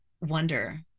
wonder